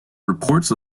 reports